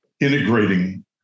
integrating